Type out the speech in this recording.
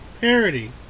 parody